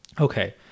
Okay